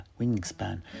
wingspan